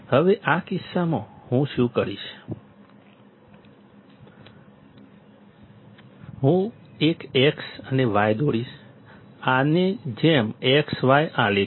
હવે આ કિસ્સામાં હું શું કરીશ હું એક x અને y દોરીશ આની જેમ x y આલેખ છે